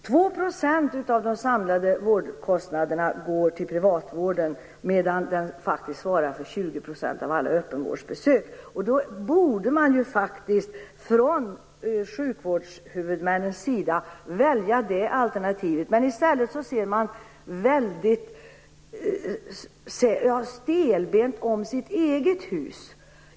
2 % av de samlade vårdkostnaderna går till privatvården, medan den svarar för 20 % av alla öppenvårdsbesök. Då borde sjukvårdshuvudmännen välja det alternativet, men i stället ser de väldigt stelbent om sitt eget hus.